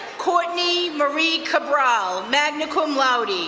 courtney marie kabral, magna cum laude,